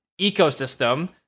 ecosystem